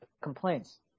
complaints